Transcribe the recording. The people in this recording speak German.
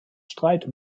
streit